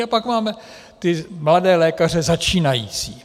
A pak máme ty mladé lékaře, začínající.